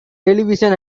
television